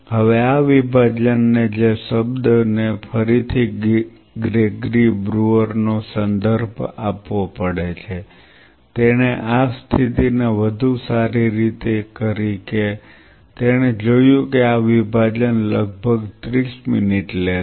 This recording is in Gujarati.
હવે આ વિભાજન જે શબ્દ ને ફરીથી ગ્રેગરી બ્રુઅર નો સંદર્ભ આપવો પડે છે તેણે આ સ્થિતિને વધુ સારી રીતે કરી કે તેણે જોયું કે આ વિભાજન લગભગ 30 મિનિટ લે છે